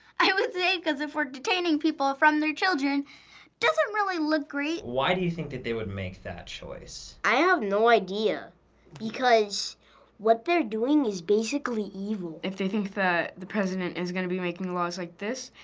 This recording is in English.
i would say, because if we're detaining people from their children, it doesn't really look great. why do you think that they would make that choice? i have no idea because what they're doing is basically evil. if they think that the president and is going to be making laws like this,